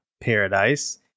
Paradise